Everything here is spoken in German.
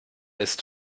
ist